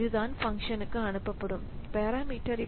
இதுதான் ஃபங்ஷனுக்கு அனுப்பப்படும் பேராமீட்டர்